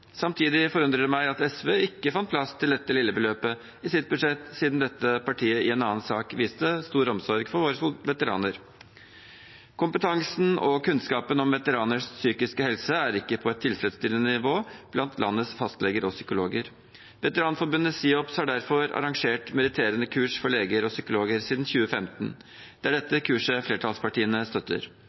Samtidig forundrer det meg at SV ikke fant plass til dette lille beløpet i sitt budsjett, siden dette partiet i en annen sak viste stor omsorg for våre veteraner. Kompetansen og kunnskapen om veteraners psykiske helse er ikke på et tilfredsstillende nivå blant landets fastleger og psykologer. Veteranforbundet SIOPS har derfor arrangert meritterende kurs for leger og psykologer siden 2015. Det er dette kurset flertallspartiene støtter.